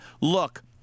look